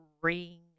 ring